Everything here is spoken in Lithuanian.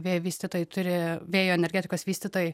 vėjo vystytojai turi vėjo energetikos vystytojai